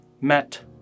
met